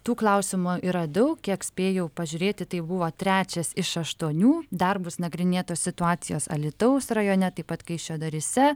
tų klausimų yra daug kiek spėjau pažiūrėti tai buvo trečias iš aštuonių dar bus nagrinėtos situacijos alytaus rajone taip pat kaišiadoryse